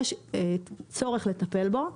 יש צורך לטפל בו,